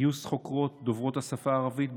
גיוס חוקרות דוברות השפה הערבית.